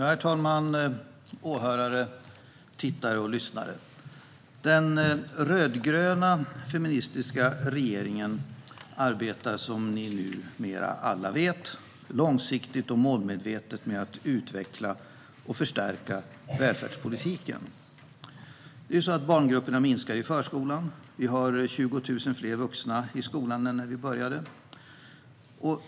Herr talman, åhörare, tittare och lyssnare! Den rödgröna feministiska regeringen arbetar, som ni numera alla vet, långsiktigt och målmedvetet med att utveckla och förstärka välfärdspolitiken. Barngrupperna minskar i förskolan och vi har 20 000 fler vuxna i skolan nu än när vi började.